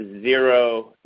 zero